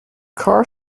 car